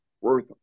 worth